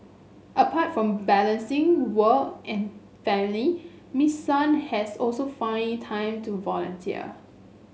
apart from balancing work and family Miss Sun has also found time to volunteer